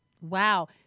Wow